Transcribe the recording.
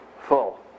full